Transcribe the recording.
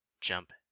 jump